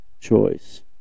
choice